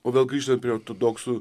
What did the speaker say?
o vėl grįžtant prie ortodoksų